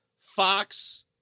Fox